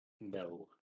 no